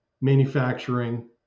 manufacturing